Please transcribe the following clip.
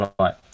Right